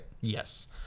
yes